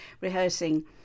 rehearsing